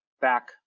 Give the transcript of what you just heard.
back